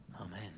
Amen